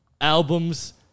albums